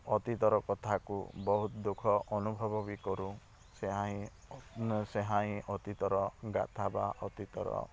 ଅତୀତର କଥାକୁ ବହୁତ ଦୁଃଖ ଅନୁଭବ ବି କରୁ ସେହା ହିଁ ସେହା ହିଁ ଅତୀତର ଗାଥା ବା ଅତୀତର